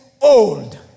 old